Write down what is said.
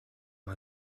man